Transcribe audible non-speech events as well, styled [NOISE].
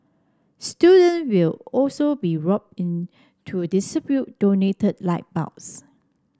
student will also be rope in to [UNINTELLIGIBLE] donated light bulbs